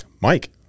Mike